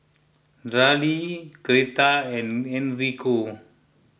Daryle Greta and Enrico